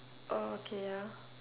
oh okay ya